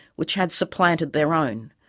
which had supplanted their own.